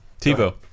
TiVo